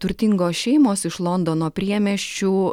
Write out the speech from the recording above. turtingos šeimos iš londono priemiesčių